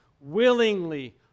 willingly